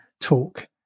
talk